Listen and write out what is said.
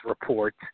report